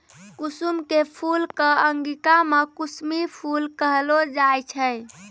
कुसुम के फूल कॅ अंगिका मॅ कुसमी फूल कहलो जाय छै